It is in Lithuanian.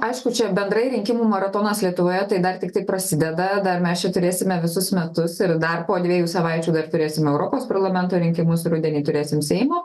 aišku čia bendrai rinkimų maratonas lietuvoje tai dar tiktai prasideda dar mes čia turėsime visus metus ir dar po dviejų savaičių dar turėsim europos parlamento rinkimus rudenį turėsim seimo